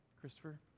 Christopher